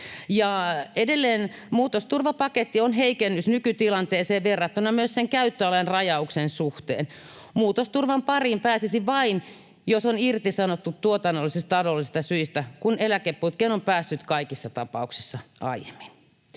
edelleen muutosturvapaketti on heikennys nykytilanteeseen verrattuna myös sen käyttöalueen rajauksen suhteen. Muutosturvan pariin pääsisi vain, jos on irtisanottu tuotannollisista ja taloudellisista syistä, kun eläkeputkeen on päässyt kaikissa tapauksissa aiemmin.